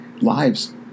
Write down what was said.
lives